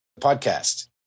podcast